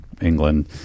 England